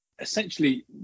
Essentially